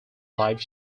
live